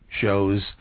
shows